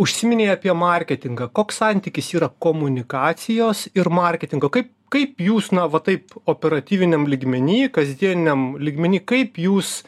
užsiminei apie marketingą koks santykis yra komunikacijos ir marketingo kaip kaip jūs na va taip operatyviniam lygmeny kasdieniam lygmeny kaip jūs